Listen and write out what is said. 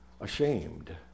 ashamed